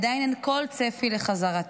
עדיין אין כל צפי לחזרתם.